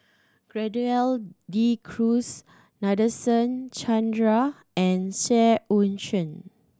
Gerald De Cruz Nadasen Chandra and Seah Eu Chin